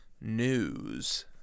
news